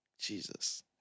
Jesus